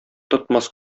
тотмас